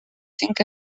cinc